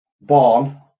Born